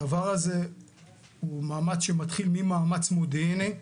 הדבר הזה הוא מאמץ שמתחיל מאמץ מודיעיני,